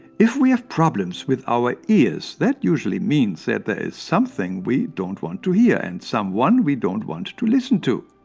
if we have problems with our ears that usually means that there is something we don't want to hear or and someone we don't want to listen to.